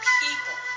people